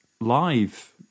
live